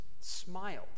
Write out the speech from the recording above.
Smiled